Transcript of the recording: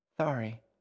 Sorry